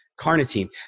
carnitine